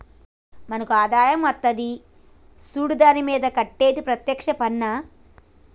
మనకు ఆదాయం అత్తది సూడు దాని మీద కట్టేది ప్రత్యేక్ష పన్నా